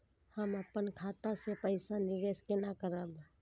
हम अपन खाता से पैसा निवेश केना करब?